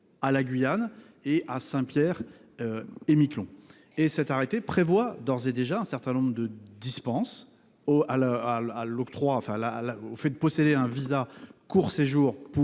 à la Guyane et à Saint-Pierre-et-Miquelon. Cet arrêté prévoit d'ores et déjà un certain nombre de dispenses à la possession d'un visa de court séjour pour